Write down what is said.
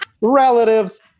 relatives